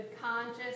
conscious